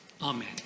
Amen